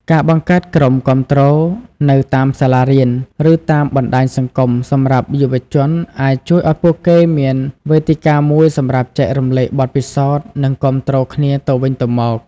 ការបង្កើតក្រុមគាំទ្រនៅតាមសាលារៀន ឬតាមបណ្ដាញសង្គមសម្រាប់យុវជនអាចជួយឱ្យពួកគេមានវេទិកាមួយសម្រាប់ចែករំលែកបទពិសោធន៍ និងគាំទ្រគ្នាទៅវិញទៅមក។